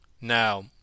Now